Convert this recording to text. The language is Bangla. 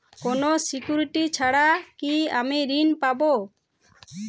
কোনো সিকুরিটি ছাড়া কি আমি ঋণ পাবো?